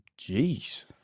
Jeez